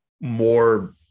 more